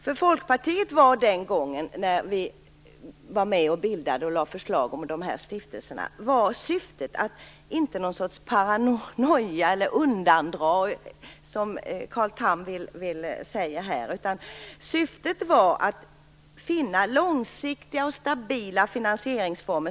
För Folkpartiet var syftet den gång vi bildade dessa stiftelser, inte någon sorts paranoia eller undandragande som Carl Tham vill göra gällande här, utan att finna långsiktiga och stabila finansieringsformer.